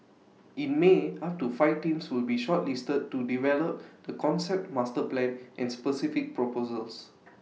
in may up to five teams will be shortlisted to develop the concept master plan and specific proposals